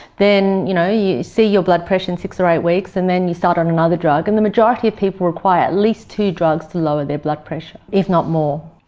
then you know you see your blood pressure in six or eight weeks, and then you start on another drug. and the majority of people require at least two drugs to lower their blood pressure, if not more.